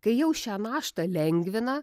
kai jau šią naštą lengvina